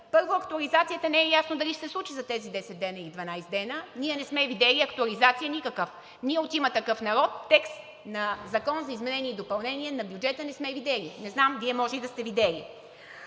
Първо, актуализацията не е ясно дали ще се случи за тези 10 или 12 дни и ние не сме видели никаква актуализация. Ние от „Има такъв народ“ текст на Закон за изменение и допълнение на бюджета не сме видели. Не знам, а Вие може и де сте видели.